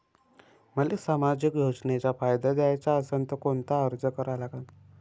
मले सामाजिक योजनेचा फायदा घ्याचा असन त कोनता अर्ज करा लागन?